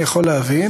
אני יכול להבין,